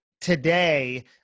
today